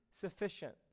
sufficient